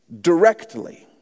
Directly